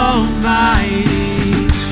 Almighty